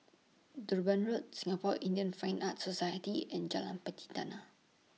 Durban Road Singapore Indian Fine Arts Society and Jalan Pelatina